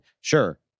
Sure